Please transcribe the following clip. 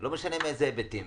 ולא משנה מאיזה היבטים.